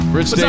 Rich